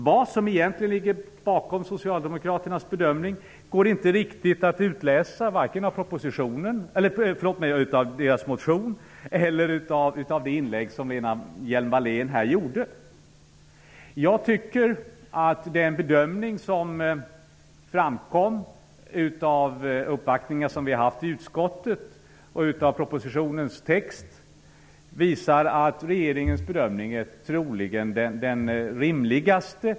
Vad som egentligen ligger bakom socialdemokraternas bedömning går inte riktigt att utläsa av vare sig deras motion eller av Lena Hjelm Jag tycker att den bedömning som framkom vid uppvaktningar i utskottet och av propositionens text visar att regeringens bedömning troligen är den rimligaste.